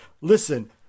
listen